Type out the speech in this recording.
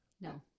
No